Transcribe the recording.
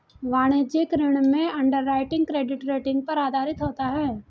वाणिज्यिक ऋण में अंडरराइटिंग क्रेडिट रेटिंग पर आधारित होता है